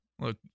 Look